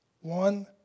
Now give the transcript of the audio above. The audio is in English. one